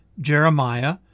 Jeremiah